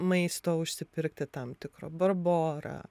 maisto užsipirkti tam tikro barbora